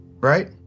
right